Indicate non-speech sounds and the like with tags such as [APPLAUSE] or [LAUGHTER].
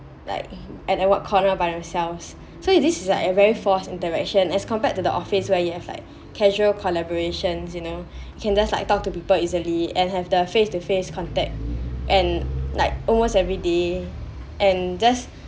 like at that one corner by themselves so this is a very force interaction as compared to the office where you have like [BREATH] casual collaborations you know you can just like talk to people easily and have the face to face contact and like almost every day and just